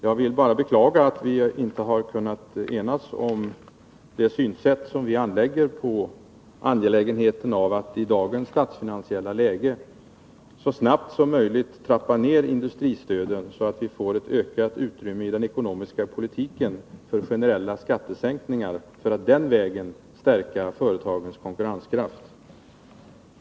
Jag beklagar att enighet inte har kunnat uppnås i fråga om synen på angelägenheten av att i dagens statsfinansiella läge så snabbt som möjligt trappa ned industristödet, så att vi får ett ökat utrymme i den ekonomiska politiken för generella skattesänkningar för att den vägen stärka företagens konkurrenskraft.